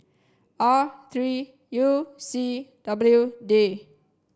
R three U C W D